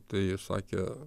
tai jis sakė